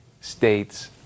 States